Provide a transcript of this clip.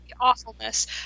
awfulness